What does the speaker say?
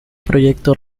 proyecto